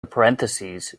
parentheses